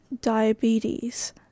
diabetes